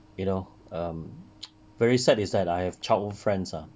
you know um very sad is that I have childhood friends ah